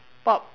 pop